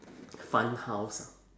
fun house ah